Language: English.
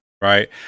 right